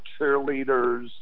cheerleaders